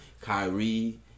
Kyrie